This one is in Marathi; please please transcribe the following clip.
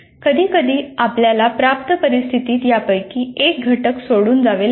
कधीकधी आपल्याला प्राप्त परिस्थितीत यापैकी एक घटक सोडून जावे लागेल